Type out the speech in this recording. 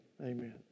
Amen